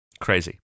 Crazy